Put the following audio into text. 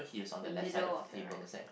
the middle of the right